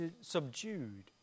subdued